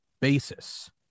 basis